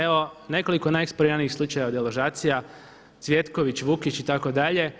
Evo nekoliko najeksponiranijih slučajeva deložacija Cvjetković, Vukić itd.